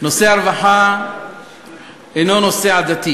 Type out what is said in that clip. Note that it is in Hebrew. נושא הרווחה אינו נושא עדתי